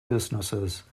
businesses